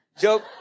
Joke